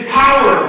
power